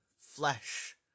flesh